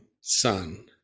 son